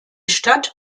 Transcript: stadt